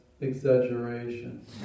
exaggeration